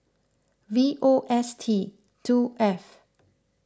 V O S T two F